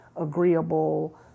agreeable